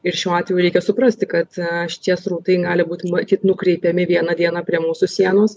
ir šiuo atveju reikia suprasti kad šitie srautai gali būti matyt nukreipiami vieną dieną prie mūsų sienos